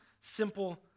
simple